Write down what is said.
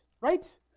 right